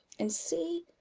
and see,